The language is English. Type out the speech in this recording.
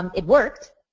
um it worked.